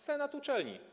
Senat uczelni.